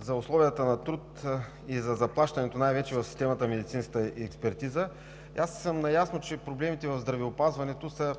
за условията на труд и за заплащането най-вече в системата на медицинската експертиза. Наясно съм, че проблемите в здравеопазването са